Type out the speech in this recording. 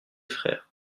frères